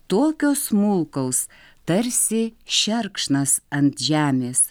tokio smulkaus tarsi šerkšnas ant žemės